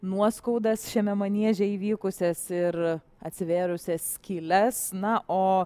nuoskaudas šiame manieže įvykusias ir atsivėrusias skyles na o